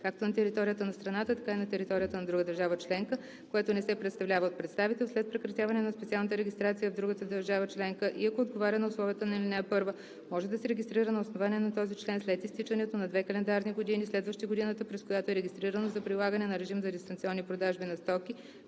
както на територията на страната, така и на територията на друга държава членка, което не се представлява от представител, след прекратяване на специалната регистрация в другата държава членка, и ако отговаря на условията на ал. 1, може да се регистрира на основание на този член след изтичането на две календарни години, следващи годината, през която е регистрирано за прилагане на режим за дистанционни продажби на стоки,